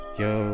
yo